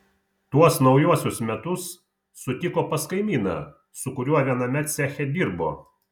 tuos naujuosius metus sutiko pas kaimyną su kuriuo viename ceche dirbo